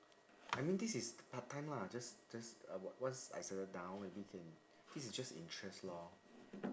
I mean this is part time lah just just on~ once I settle down maybe can this is just interest lor